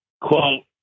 Quote